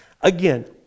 Again